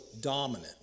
dominant